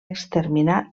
exterminar